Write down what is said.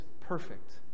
perfect